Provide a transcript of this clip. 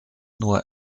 nur